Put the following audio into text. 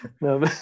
No